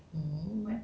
mm